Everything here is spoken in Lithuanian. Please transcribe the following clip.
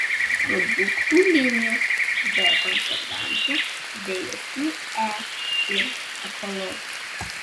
produktų linijos be konservantų be jokių e ir ekologiška